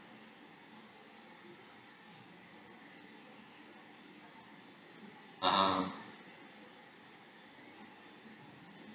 (uh huh)